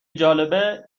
جالبه